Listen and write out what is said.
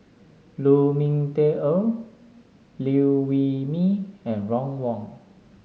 Lu Ming Teh Earl Liew Wee Mee and Ron Wong